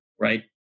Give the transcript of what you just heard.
right